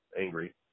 angry